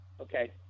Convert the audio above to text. Okay